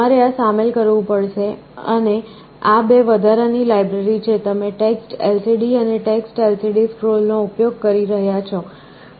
તમારે આ સામેલ કરવું પડશે અને આ બે વધારાની લાઇબ્રેરી છે તમે TextLCD અને TextLCDScroll નો ઉપયોગ કરી રહ્યાં છો